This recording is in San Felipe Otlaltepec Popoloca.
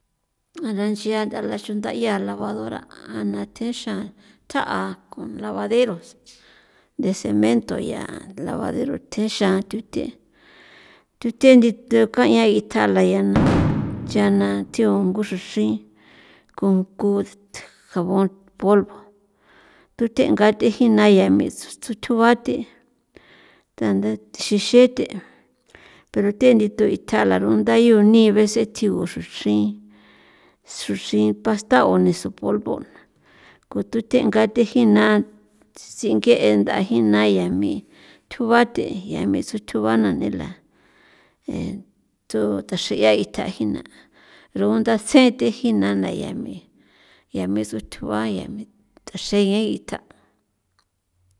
A la nchia nda chunda ya lavadora a na then xan thja'a con lavaderos de cemento ya lavadero thexan thu the thu the nditu ka'ian gitja la ya na ya na thiu ngu xruxri ko nku jabón polvo thuthe ngathen jina ya me tsuthjua the thanda xexete' pero te'e ni thja la riunda'a nii vece tjigo xrunchrin xruxin pasta o ne'e so polvo ko thute'e ngathe jina sinke'e nda jina yami thju bate' ya me tsuthjua ni la to thaxeya tjanji na rugunda tsjen thi jina na ya me ya me tso thjua thjaxeyen gita'.